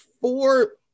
four